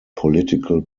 political